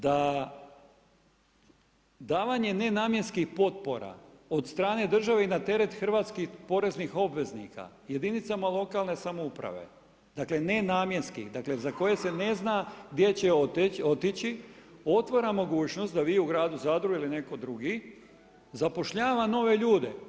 Da davanje nenamjenskih potpora od strane države i na teret hrvatskih poreznih obveznika jedinicama lokalne samouprave, dakle nenamjenskih, dakle za koje se ne zna gdje će otići otvara mogućnost da vi u gradu Zadru ili netko drugi zapošljava nove ljude.